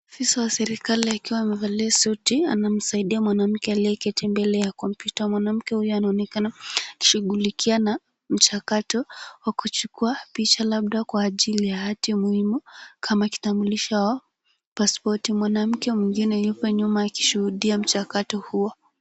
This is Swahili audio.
Afisa wa serikali akiwa amevalia suti anamsaidia mwanamke aliyeketi mbele ya kompyuta. Mwanamke huyo anaonekana akishughulikia na mchakato wa kuchagua picha labda kwa ajili ya hati muhimu kama kitambulisho paspoti. Mwanamke mwingine yuko nyuma akishuhudia mchakato huo.